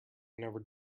never